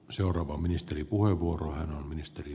seuraava ministeripuheenvuoroa ministeri